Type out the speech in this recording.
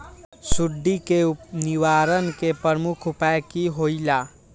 सुडी के निवारण के प्रमुख उपाय कि होइला?